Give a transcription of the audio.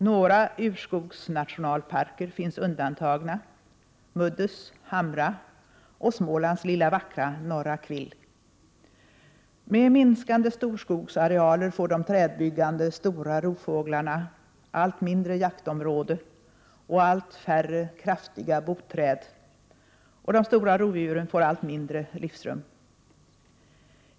Några urskogsnationalparker finns undantagna: Muddus, Hamra och Smålands lilla vackra Norra Kvill. Med minskande storskogsarealer får de trädbyggande stora rovfåglarna allt mindre jaktområde och allt färre kraftiga boträd, och de stora rovdjuren får allt mindre livsrum.